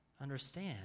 understand